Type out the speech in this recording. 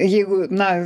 jeigu na